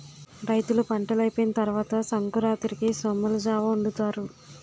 రైతులు పంటలైపోయిన తరవాత సంకురాతిరికి సొమ్మలజావొండుతారు